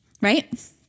right